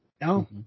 No